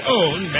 own